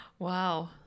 Wow